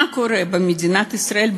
מה קורה במדינת ישראל,